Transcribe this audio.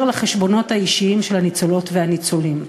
לחשבונות האישיים של הניצולות והניצולים.